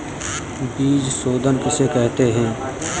बीज शोधन किसे कहते हैं?